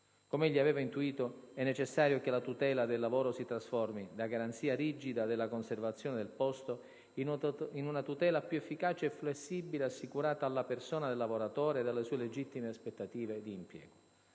Come egli aveva intuito, è necessario che la tutela del lavoro si trasformi, da garanzia rigida della conservazione del "posto", in una tutela più efficace e flessibile assicurata alla persona del lavoratore e alle sue legittime aspettative di impiego.